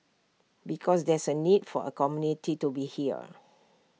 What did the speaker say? because there's A need for A community to be here